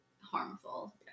harmful